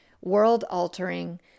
world-altering